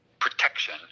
protection